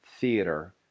theater